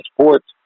sports